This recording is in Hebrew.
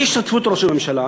בהשתתפות ראש הממשלה.